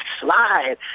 Slide